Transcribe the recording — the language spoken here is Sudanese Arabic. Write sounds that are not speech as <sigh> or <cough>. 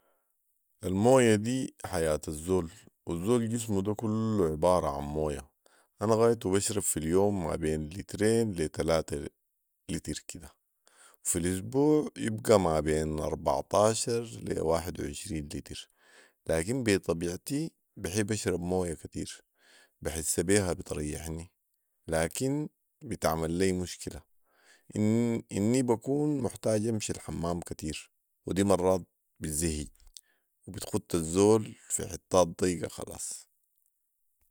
المويه دي حياه الزول والزول جسمه ده كله عباره عن مويه ،انا غايتو بشرب في اليوم مابين لترين لي تلاته لتر كده وفي الاسبوع يبقي ما بين اربعطاشر لي واحد وعشرين لتر ، لكن بي طبيعتي بحب اشرب مويه كتير، بحس بيها بتريحني لكن بتعمل لي مشكله، <hesitation> اني بكون محتاج امشي الحمام كتير ودي مرات بتزهج وبتخت الزول في حتات ضيقه خلاص